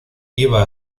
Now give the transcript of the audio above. iba